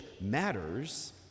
matters